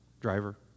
driver